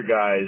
guys